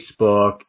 Facebook